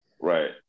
right